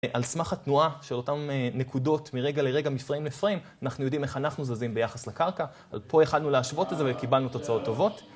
על סמך התנועה של אותן נקודות מרגע לרגע, מפריים לפריים, אנחנו יודעים איך אנחנו זזים ביחס לקרקע, אז פה יכלנו להשוות את זה וקיבלנו תוצאות טובות.